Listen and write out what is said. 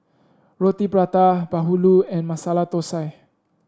Roti Prata bahulu and Masala Thosai